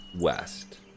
West